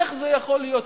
איך זה יכול להיות?